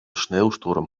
sneeuwstorm